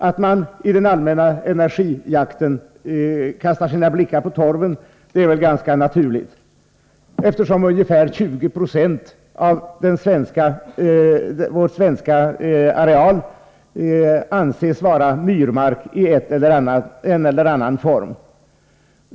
Att man i den allmänna energijakten kastar sina blickar på torven är väl ganska naturligt, eftersom ungefär 20 26 av den svenska arealen anses vara myrmark i en eller annan form.